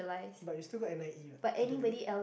but you still go N_I_E what either way